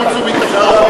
את זה לוועדת חוץ וביטחון,